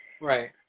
right